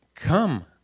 Come